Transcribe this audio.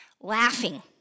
Laughing